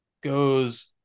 goes